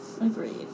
agreed